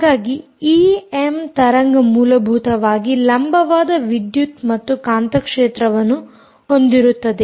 ಹಾಗಾಗಿ ಈ ಎಮ್ ತರಂಗ ಮೂಲಭೂತವಾಗಿ ಲಂಬವಾದ ವಿದ್ಯುತ್ ಮತ್ತು ಕಾಂತ ಕ್ಷೇತ್ರವನ್ನು ಹೊಂದಿರುತ್ತದೆ